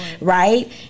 right